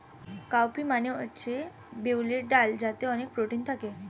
cow P মানে হচ্ছে বিউলির ডাল যাতে অনেক প্রোটিন থাকে